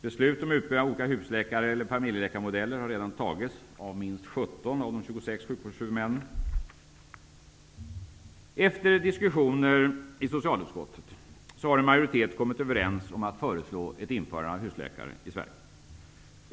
Beslut om utbyggnad av olika husläkar eller familjeläkarmodeller har redan tagits av minst 17 Efter diskussioner i socialutskottet har en majoritet kommit överens om att föreslå ett införande av husläkare i Sverige.